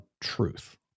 truth